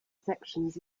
sections